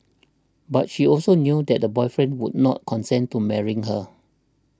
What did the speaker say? but she also knew that the boyfriend would not consent to marrying her